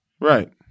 Right